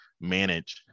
manage